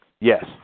Yes